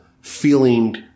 feeling